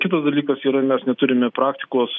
kitas dalykas yra mes neturime praktikos